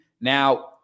Now